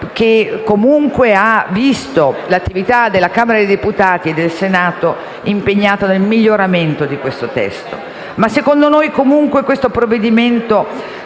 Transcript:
che, comunque, ha visto l'attività della Camera dei deputati e del Senato impegnata nel miglioramento del testo. Secondo noi, però, questo provvedimento